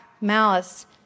malice